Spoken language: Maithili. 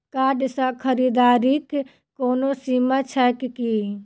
कार्ड सँ खरीददारीक कोनो सीमा छैक की?